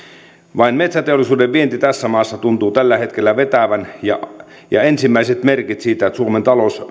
vain metsäteollisuuden vienti tässä maassa tuntuu tällä hetkellä vetävän ja ensimmäiset merkit siitä että suomen talous